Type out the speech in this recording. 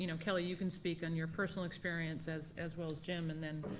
you know kelly you can speak on your personal experience as as well as jim, and then